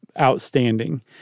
outstanding